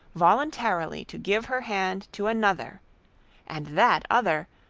voluntarily to give her hand to another and that other,